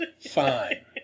Fine